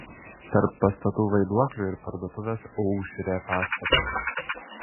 tarp pastatų vaiduoklių ir parduotuvės aušrė pastatas